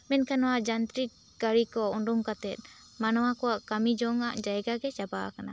ᱢᱮᱱᱠᱷᱟᱱ ᱱᱚᱣᱟ ᱡᱟᱱᱛᱨᱤᱠ ᱜᱟᱹᱲᱤ ᱠᱚ ᱩᱰᱩᱝ ᱠᱟᱛᱮ ᱢᱟᱱᱣᱟ ᱠᱚᱣᱟᱜ ᱠᱟᱹᱢᱤ ᱡᱚᱝᱼᱟᱜ ᱡᱟᱭᱜᱟ ᱜᱮ ᱪᱟᱵᱟ ᱟᱠᱟᱱᱟ